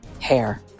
hair